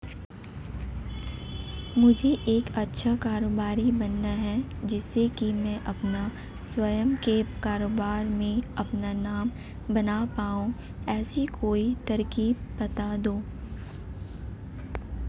मुझे एक अच्छा कारोबारी बनना है जिससे कि मैं अपना स्वयं के कारोबार में अपना नाम बना पाऊं ऐसी कोई तरकीब पता दो?